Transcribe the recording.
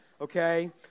Okay